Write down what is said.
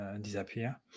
disappear